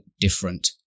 different